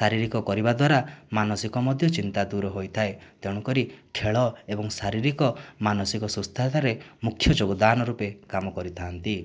ଶାରୀରିକ କରିବାଦ୍ୱାରା ମାନସିକ ମଧ୍ୟ ଚିନ୍ତା ଦୂର ହୋଇଥାଏ ତେଣୁକରି ଖେଳ ଏବଂ ଶାରୀରିକ ମାନସିକ ସୁସ୍ଥତାରେ ମୁଖ୍ୟ ଯୋଗଦାନ ରୂପେ କାମ କରିଥାନ୍ତି